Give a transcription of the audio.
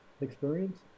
experience